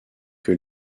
que